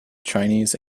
chinese